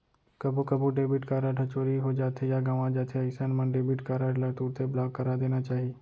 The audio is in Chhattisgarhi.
कभू कभू डेबिट कारड ह चोरी हो जाथे या गवॉं जाथे अइसन मन डेबिट कारड ल तुरते ब्लॉक करा देना चाही